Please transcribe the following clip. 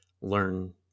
learn